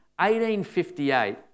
1858